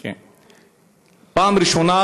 פעם ראשונה,